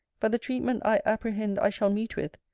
but the treatment i apprehend i shall meet with,